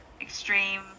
extreme